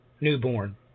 newborn